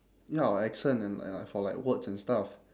ya our accent and and like for like words and stuff